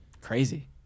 Crazy